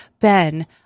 Ben